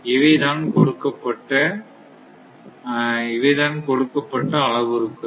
இவைதான் கொடுக்கப்பட்ட அளவுருக்கள்